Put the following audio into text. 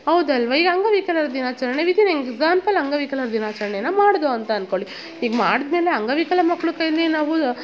ಹೌದಲ್ವ ಈಗ ಅಂಗವಿಕಲರ ದಿನಾಚರಣೆ ವಿದ್ ಇನ್ ಎಕ್ಸಾಂಪಲ್ ಅಂಗವಿಕಲರ ದಿನಾಚರಣೆನ ಮಾಡ್ದೋ ಅಂತ ಅಂದ್ಕೊಳಿ ಈಗ ಮಾಡಿದ ಮೇಲೆ ಅಂಗವಿಕಲ ಮಕ್ಕಳು ಕೈಲಿ ನಾವು